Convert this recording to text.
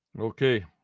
okay